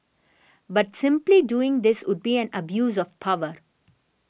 but simply doing this would be an abuse of power